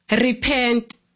Repent